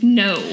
no